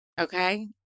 Okay